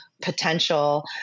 potential